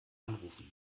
anrufen